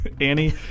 Annie